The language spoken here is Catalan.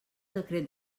decret